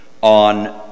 on